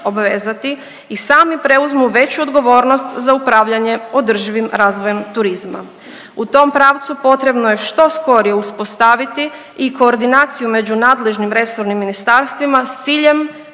obvezati i sami preuzmu veću odgovornost za upravljanje održivim razvojem turizma. U tom pravcu potrebno je što skorije uspostaviti i koordinaciju među nadležnim resornim ministarstvima sa ciljem